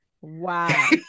Wow